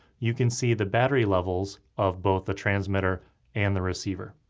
you can see the battery levels of both the transmitter and the receiver.